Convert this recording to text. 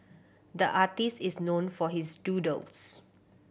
the artist is known for his doodles